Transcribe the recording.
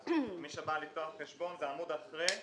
הקרן, מי שבא לפתוח חשבון, בעמוד לאחר מכן,